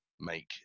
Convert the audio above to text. make